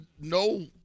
no